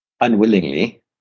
unwillingly